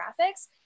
graphics